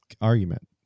argument